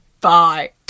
Bye